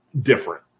different